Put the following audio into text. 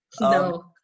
No